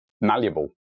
malleable